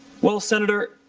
well, senator,